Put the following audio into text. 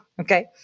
okay